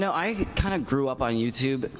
i kind of grew up on youtube.